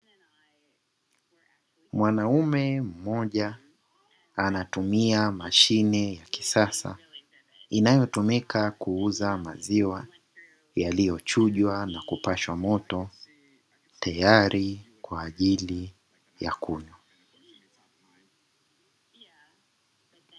Mwanaume mmoja anaitumia mashine ya kisasa inayotumika kuuza maziwa, yaliyochujwa na kupashwa moto tayari kwa ajili ya kunywa.